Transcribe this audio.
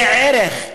זה ערך.